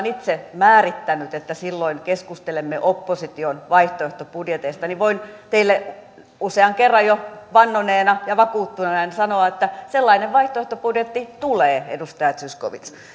itse määrittänyt että silloin keskustelemme opposition vaihtoehtobudjeteista niin voin teille usean kerran jo vannoneena ja vakuuttaneena sanoa että sellainen vaihtoehtobudjetti tulee edustaja zyskowicz